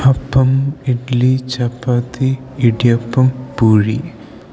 അപ്പം ഇഡ്ലി ചപ്പാത്തി ഇടിയപ്പം പൂഴി